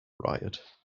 riot